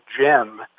gem